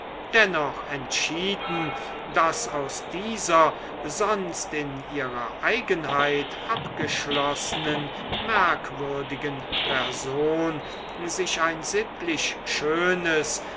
dennoch entschieden daß aus dieser sonst in ihrer eigenheit abgeschlossenen merkwürdigen person sich ein sittlich schönes